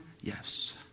Yes